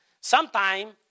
Sometime